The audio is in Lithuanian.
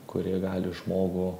kuri gali žmogų